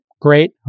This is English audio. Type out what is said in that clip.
great